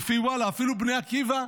ולפי וואלה אפילו בני עקיבא,